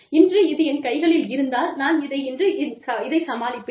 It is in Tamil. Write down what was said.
இன்று இது என் கைகளில் இருந்தால் நான் இதை இன்று இதைச் சமாளிப்பேன்